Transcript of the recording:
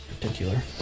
Particular